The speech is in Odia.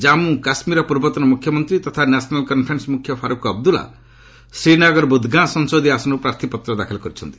ଜାମ୍ମୁ କାଶ୍କୀରର ପୂର୍ବତନ ମୁଖ୍ୟମନ୍ତ୍ରୀ ତଥା ନ୍ୟାସନାଲ୍ କନ୍ଫରେନ୍ୱର ମୁଖ୍ୟ ଫାରୁକ୍ ଅବ୍ଦୁଲ୍ଲା ଶ୍ରୀନଗର ବୁଦ୍ଗାଁ ସଂସଦୀୟ ଆସନର୍ ପ୍ରାର୍ଥୀପତ୍ର ଦାଖଲ କରିଛନ୍ତି